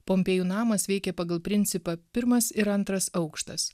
pompėjų namas veikė pagal principą pirmas ir antras aukštas